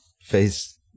Face